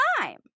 time